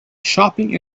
shopping